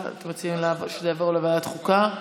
אתם מציעים שזה יעבור לוועדת חוקה?